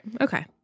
Okay